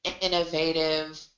innovative